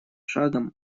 шагом